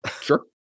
Sure